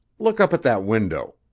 look up at that window.